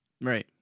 Right